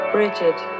Bridget